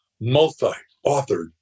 multi-authored